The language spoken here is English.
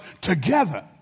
together